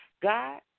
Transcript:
God